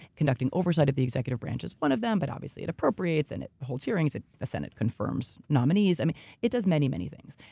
conducting oversight of the executive branches, one of them, but obviously it appropriates and it holds hearings. the senate confirms nominees. and it does many, many things.